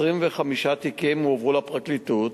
25 תיקים הועברו לפרקליטות,